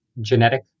genetic